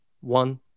one